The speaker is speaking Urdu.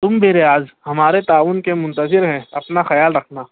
ہم بھی ریاض ہمارے تعاون کے منتظر ہیں اپنا خیال رکھنا